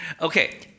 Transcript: Okay